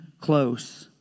close